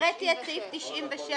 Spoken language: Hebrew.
הקראתי את סעיף 96,